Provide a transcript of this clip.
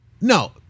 No